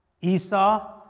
Esau